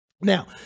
Now